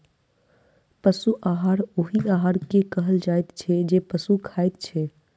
पशु आहार ओहि आहार के कहल जाइत छै जे पशु खाइत छै